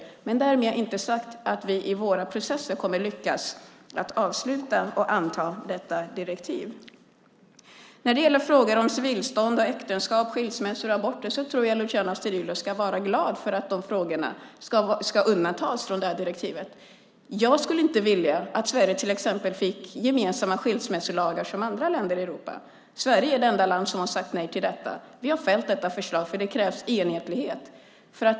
Därmed dock inte sagt att vi i våra processer kommer att lyckas avsluta och anta detta direktiv. När det gäller frågor om civilstånd, äktenskap, skilsmässor och aborter tror jag att Luciano Astudillo ska vara glad att dessa ska undantas från direktivet. Jag skulle inte vilja att Sverige till exempel fick gemensamma skilsmässolagar med andra länder i Europa. Sverige är det enda land som har sagt nej till detta. Vi har fällt detta förslag eftersom det krävs enhällighet.